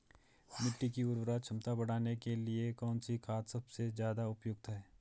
मिट्टी की उर्वरा क्षमता बढ़ाने के लिए कौन सी खाद सबसे ज़्यादा उपयुक्त है?